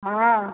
हँ